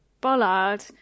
bollard